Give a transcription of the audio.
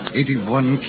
eighty-one